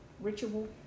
ritual